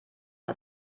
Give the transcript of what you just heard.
hat